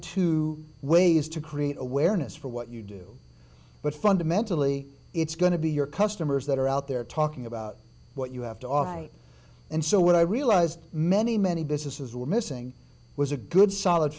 two ways to create awareness for what you do but fundamentally it's going to be your customers that are out there talking about what you have to operate and so what i realized many many businesses were missing was a good solid